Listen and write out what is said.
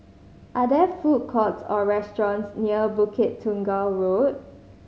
are there food courts or restaurants near Bukit Tunggal Road